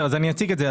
אני אציג את זה.